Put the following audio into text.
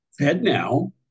FedNow